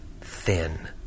thin